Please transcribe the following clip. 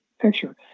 picture